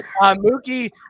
Mookie